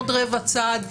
עוד רבע צעד.